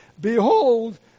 Behold